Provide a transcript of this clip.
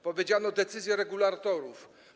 Powiedziano: decyzje regulatorów.